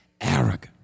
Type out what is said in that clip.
Arrogant